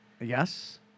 Yes